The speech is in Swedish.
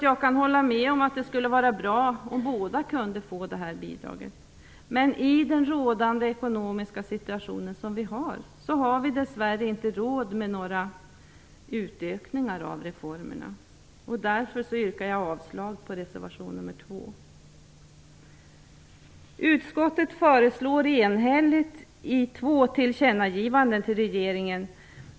Jag kan hålla med om att det skulle vara bra om båda kunde få detta bidrag, men i den rådande ekonomiska situationen har vi dess värre inte råd med några utökningar av reformerna. Därför yrkar jag avslag på reservation nr 2. Utskottet föreslår enhälligt i två tillkännagivanden till regeringen.